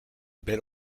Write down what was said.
belle